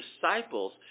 disciples